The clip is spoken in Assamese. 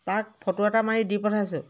তাক ফটো এটা মাৰি দি পঠাইছোঁ